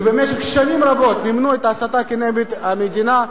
שבמשך שנים רבות מימנו את ההסתה כנגד המדינה,